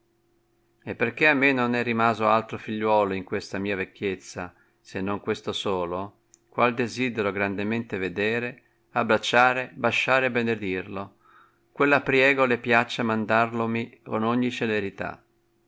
e perchè a me non è rimaso altro figliuolo in questa mia vecchiezza se non questo solo qual desidero grandemente vedere abbracciare basciare e benedirlo quella priego le piaccia mandarlomi con ogni celerità